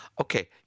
okay